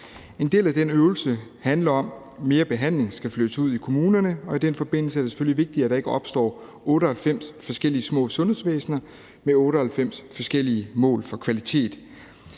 En del af den øvelse handler om, at mere behandling skal flyttes ud i kommunerne, og i den forbindelse er det selvfølgelig vigtigt, at der ikke opstår 98 forskellige små sundhedsvæsener med 98 forskellige mål for kvalitet.